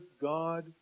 God